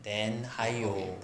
then 还有